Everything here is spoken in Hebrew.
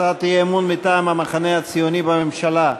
הצעת אי-אמון מטעם המחנה הציוני בממשלה: